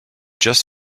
just